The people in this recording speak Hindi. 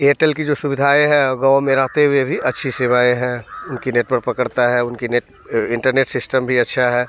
एयटेल का जो सुविधायें है गाँव में रहते हुए भी अच्छी सेवाएँ हैं उनकी नेटवर्क पकड़ता है उनकी नेट इंटरनेट सिस्टम भी अच्छा है